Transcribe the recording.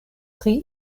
pri